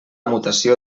mutació